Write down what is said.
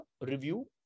review